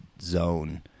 zone